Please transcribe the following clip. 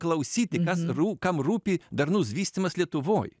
klausyti kas rū kam rūpi darnus vystymas lietuvoj